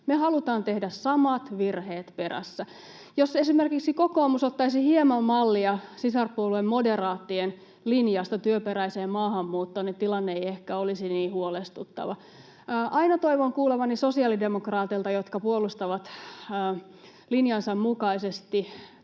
me halutaan tehdä samat virheet perässä. Jos esimerkiksi kokoomus ottaisi hieman mallia sisarpuolue moderaattien linjasta työperäiseen maahanmuuttoon, niin tilanne ei ehkä olisi niin huolestuttava. Aina toivon kuulevani sosiaalidemokraateilta, jotka puolustavat linjansa mukaisesti